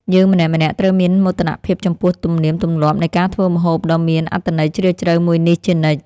យើងម្នាក់ៗត្រូវមានមោទនភាពចំពោះទំនៀមទម្លាប់នៃការធ្វើម្ហូបដ៏មានអត្ថន័យជ្រាលជ្រៅមួយនេះជានិច្ច។